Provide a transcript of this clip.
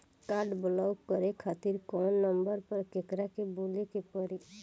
Card block करे खातिर कवना नंबर पर केकरा के बोले के परी?